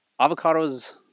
Avocados